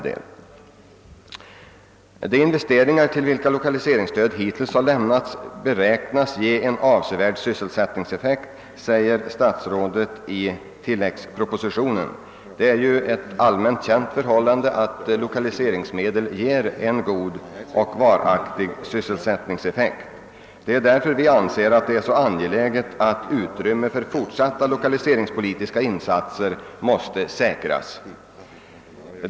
De investeringar till vilka lokaliseringsstöd hittills har lämnats beräknas ge en avsevärd sysselsättningseffekt, säger statsrådet i tilläggspropositionen. Det är ju ett allmänt känt förhållande att lokaliseringsmedel ger en god och varaktig sysselsättningseffekt; det är därför vi anser det vara så angeläget att utrymme för fortsatta lokaliseringspolitiska åtgärder säkras.